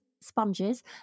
sponges